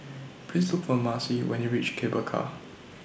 Please Look For Marcie when YOU REACH Cable Car